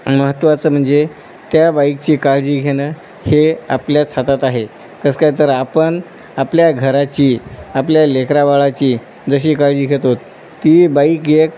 महत्त्वाचं म्हणजे त्या बाईकची काळजी घेणं हे आपल्याच हातात आहे कसं काय तर आपण आपल्या घराची आपल्या लेकराबाळाची जशी काळजी घेतोत ती बाईक एक